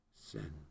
sin